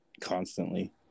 constantly